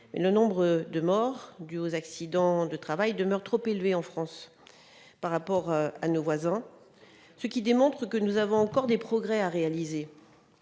le nombre de morts dus aux accidents demeure trop élevé en France par rapport à nos voisins, ce qui démontre que nous avons encore à faire.